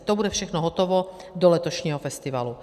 To bude všechno hotovo do letošního festivalu.